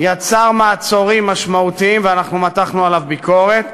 יצר מעצורים משמעותיים, ואנחנו מתחנו עליו ביקורת,